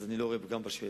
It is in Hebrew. אני לא רואה פגם בשאלה.